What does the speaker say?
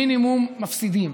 מינימום מפסידים.